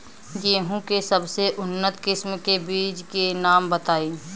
गेहूं के सबसे उन्नत किस्म के बिज के नाम बताई?